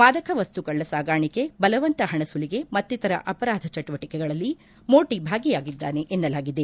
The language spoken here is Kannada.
ಮಾದಕ ವಸ್ತು ಕಳ್ಳ ಸಾಗಾಣಿಕೆ ಬಲವಂತ ಪಣ ಸುಲಿಗೆ ಮತ್ತಿತರ ಅಪರಾಧ ಚಟುವಟಿಕೆಗಳಲ್ಲಿ ಮೋಟಿ ಭಾಗಿಯಾಗಿದ್ದಾನೆ ಎನ್ವಲಾಗಿದೆ